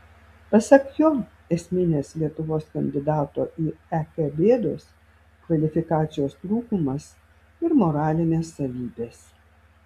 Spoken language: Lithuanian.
pasak jo esminės lietuvos kandidato į ek bėdos kvalifikacijos trūkumas ir moralinės savybės